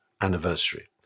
anniversary